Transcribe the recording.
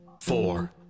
four